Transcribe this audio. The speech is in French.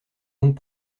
donc